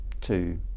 Two